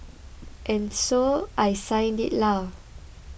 and so I signed it lah